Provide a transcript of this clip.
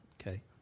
Okay